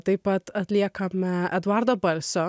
taip pat atliekame eduardo balsio